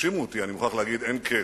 הרשימו אותי, אני מוכרח להגיד אין קץ,